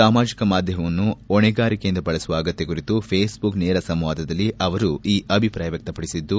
ಸಾಮಾಜಿಕ ಮಾಧ್ಯಮವನ್ನು ಹೊಣೆಗಾರಿಕೆಯಿಂದ ಬಳಸುವ ಅಗತ್ತ ಕುರಿತು ಫೇಸ್ ಬುಕ್ ನೇರ ಸಂವಾದಲ್ಲಿ ಅವರು ಈ ಅಭಿಪ್ರಾಯ ವ್ಯಕ್ಷಪಡಿಸಿದ್ದು